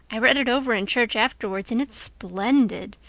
i read it over in church afterwards and it's splendid.